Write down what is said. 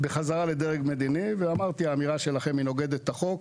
בחזרה לדרג מדיני ואמרתי: האמירה שלכם נוגדת את החוק,